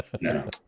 No